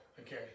Okay